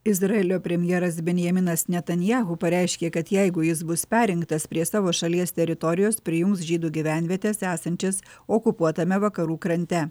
izraelio premjeras benjaminas netanjahu pareiškė kad jeigu jis bus perrinktas prie savo šalies teritorijos prijungs žydų gyvenvietes esančias okupuotame vakarų krante